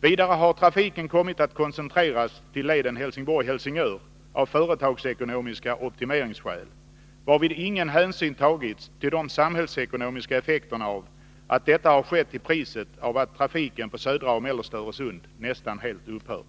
Vidare har trafiken kommit att koncentreras till leden Helsingborg-Helsingör av företagsekonomiska optimeringsskäl, varvid ingen hänsyn tagits till de samhällsekonomiska effekterna av att detta har skett till priset av att trafiken på södra och mellersta Öresund nästan helt upphört. 2